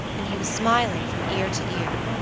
and he was smiling from ear to ear,